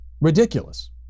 ridiculous